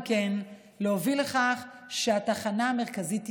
היא להוביל לכך שהתחנה המרכזית תיסגר.